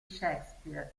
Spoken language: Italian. shakespeare